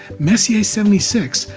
messier seventy six,